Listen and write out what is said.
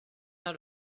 out